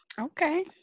Okay